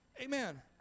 Amen